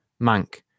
Mank